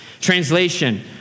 Translation